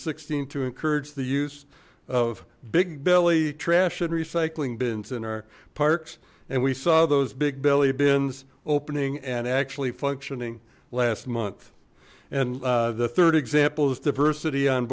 sixteen to encourage the use of big bellied trash and recycling bins in our parks and we saw those big belly bins opening and actually functioning last month and the third example of diversity on